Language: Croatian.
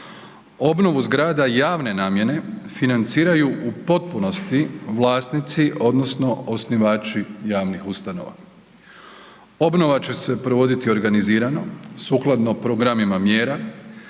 Obnovu zgrada javne namjene financiraju u potpunosti vlasnici odnosno osnivači javnih ustanova. Obnova će se provoditi organizirano, sukladno programima mjera,